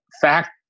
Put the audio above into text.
fact